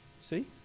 See